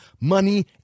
money